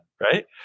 right